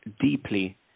deeply